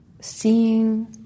seeing